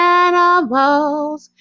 animals